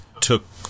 took